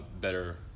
better